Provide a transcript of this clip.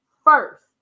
First